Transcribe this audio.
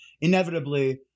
inevitably